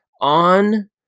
on